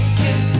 kiss